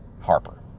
Harper